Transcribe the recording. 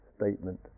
statement